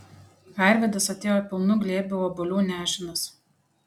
arvydas atėjo pilnu glėbiu obuolių nešinas